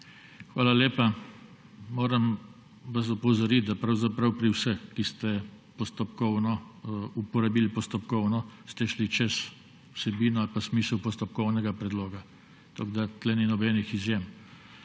Hvala lepa. Moram vas opozoriti, da ste pravzaprav vsi, ki ste uporabili postopkovno, šli čez vsebino ali smisel postopkovnega predloga. Tako da tukaj ni nobenih izjem.